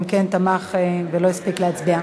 תוסיפי אותי להצבעה,